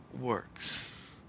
works